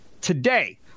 today